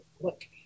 look